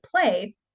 play